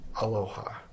Aloha